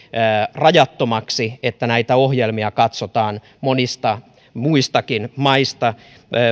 rajattomaksi että näitä ohjelmia katsotaan monista muistakin maista